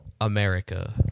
America